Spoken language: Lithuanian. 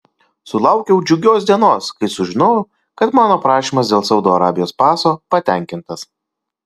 sulaukiau džiugios dienos kai sužinojau kad mano prašymas dėl saudo arabijos paso patenkintas